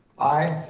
aye.